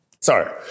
Sorry